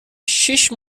شیش